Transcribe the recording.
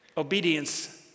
obedience